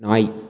நாய்